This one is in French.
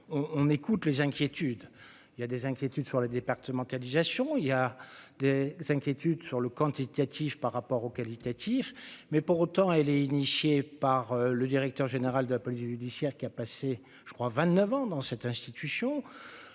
on écoute les inquiétudes il y a des inquiétudes sur la départementalisation il y a des inquiétudes sur le quantitatif par rapport au qualitatif, mais pour autant elle est initiée par le directeur général de la police judiciaire, qui a passé je crois 29 ans dans cette institution